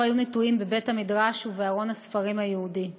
היו נטועים בבית-המדרש ובארון הספרים היהודי.